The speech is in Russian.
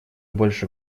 больше